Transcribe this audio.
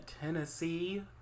Tennessee